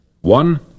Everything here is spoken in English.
One